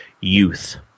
youth